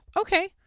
Okay